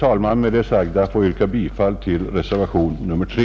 Jag ber med det sagda att få yrka bifall till reservationen 3;